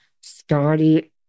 Scotty